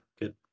good